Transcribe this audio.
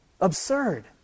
Absurd